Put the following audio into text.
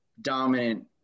dominant